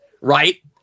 right